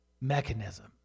mechanism